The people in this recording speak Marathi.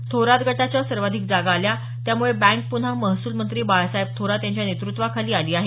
थोरात गटाच्या सर्वाधिक जागा आल्या त्यामुळे बँक पुन्हा महसूल मंत्री बाळासाहेब थोरात यांच्या नेतृत्वाखाली आली आहे